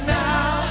now